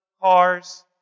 cars